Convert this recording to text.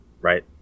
right